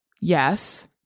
Yes